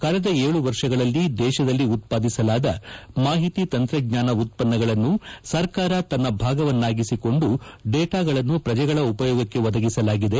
ಕಳೆದ ಏಳು ವರ್ಷಗಳಲ್ಲಿ ದೇಶದಲ್ಲಿ ಉತ್ಪಾದಿಸಲಾದ ಮಾಹಿತಿ ತಂತ್ರಜ್ಞಾನ ಉತ್ಪನ್ನಗಳನ್ನು ಸರ್ಕಾರ ತನ್ನ ಭಾಗವನ್ನಾಗಿಸಿಕೊಂಡು ಡೇಟಾಗಳನ್ನು ಪ್ರಜೆಗಳ ಉಪಯೋಗಕ್ಕೆ ಒದಗಿಸಲಾಗಿದೆ